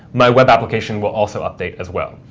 my web application will also update as well.